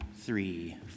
three